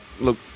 look